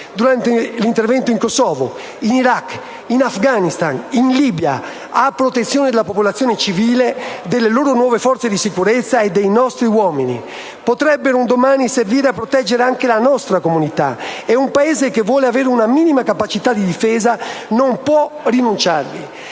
durante l'intervento in Kuwait, in Kosovo, in Iraq, in Afghanistan ed in Libia, a protezione della popolazione civile, delle loro nuove forze di sicurezza e dei nostri uomini. Potrebbero un domani servire a proteggere anche la nostra comunità, e un Paese che vuole avere una minima capacità di difesa non può rinunciarvi.